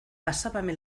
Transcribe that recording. pasábame